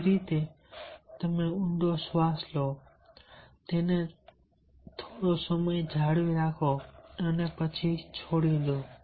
એ જ રીતે તમે ઊંડો શ્વાસ લો તેને થોડો સમય રાખો અને પછી છોડી દો